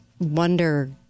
wonder